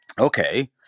okay